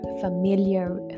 familiar